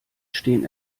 stehen